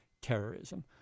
terrorism